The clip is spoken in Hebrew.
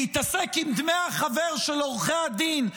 להתעסק עם דמי החבר של עורכי הדין,